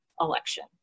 election